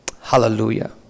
Hallelujah